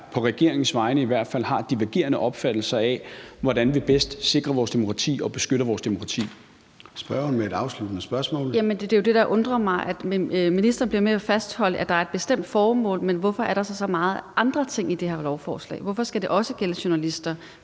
på regeringens vegne i hvert fald, har divergerende opfattelser af, hvordan vi bedst sikrer vores demokrati og beskytter vores demokrati. Kl. 13:13 Formanden (Søren Gade): Spørgeren med et afsluttende spørgsmål. Kl. 13:13 Theresa Scavenius (UFG): Jamen det er jo det, der undrer mig, altså at ministeren bliver ved med at fastholde, at der er et bestemt formål. Men hvorfor er der så så mange andre ting i det her lovforslag? Hvorfor skal det også gælde journalister